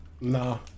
No